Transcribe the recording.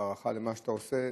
ובהערכה למה שאתה עושה,